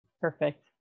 Perfect